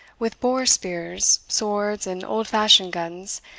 with boar-spears, swords, and old-fashioned guns,